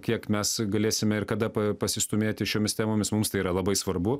kiek mes galėsime ir kada pa pasistūmėti šiomis temomis mums tai yra labai svarbu